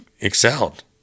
excelled